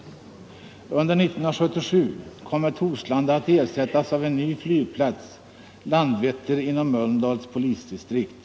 Under 1977 kommer Torslanda att ersättas av en ny flygplats, Landvetter inom Mölndals polisdistrikt.